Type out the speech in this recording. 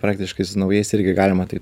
praktiškai su naujais irgi galima tai